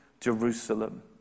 Jerusalem